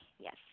Yes